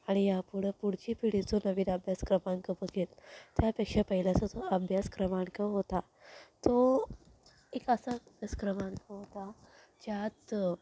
आणि यापुढं पुढची पिढी जो नवीन अभ्यास क्रमांक बघेल त्यापेक्षा पहिला जो अभ्यास क्रमांक होता तो एक असा अभ्यास क्रमांक होता ज्यात